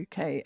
uk